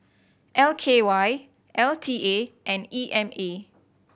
L K Y L T A and E M A